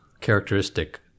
characteristic